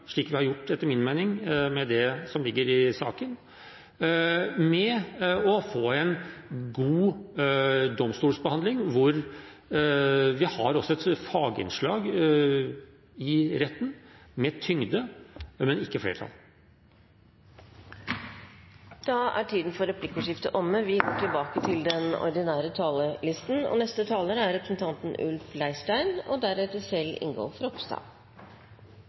slik vi etter min mening har gjort med det som ligger i saken – å få en god domstolsbehandling hvor vi også har et faginnslag i retten, med tyngde, men som ikke har flertall. Replikkordskiftet er omme. Juryordningen er overmoden for reform. NOU-en fra 2011 konkluderte enstemmig med at ordningen ikke burde videreføres i sin nåværende form. Utgangspunktet har vært at rettssikkerheten må styrkes. Jeg er